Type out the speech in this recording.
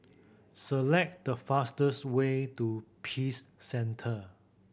select the fastest way to Peace Centre